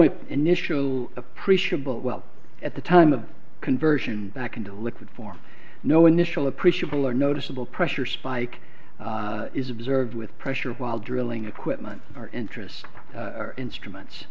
knowing initial appreciable well at the time the conversion back into liquid form no initial appreciable or noticeable pressure spike is observed with pressure while drilling equipment or interest or instruments